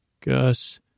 Gus